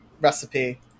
recipe